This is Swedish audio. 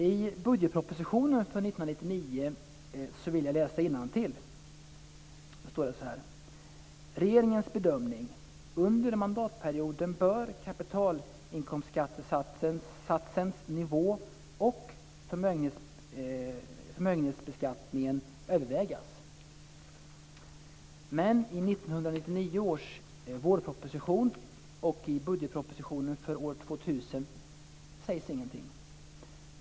I budgetpropositionen för 1999 står det: Regeringens bedömning är att under mandatperioden bör kapitalinkomstskattesatsens nivå och förmögenhetsbeskattningen övervägas. Men i 1999 års vårproposition och i budgetpropositionen för år 2000 sägs det ingenting.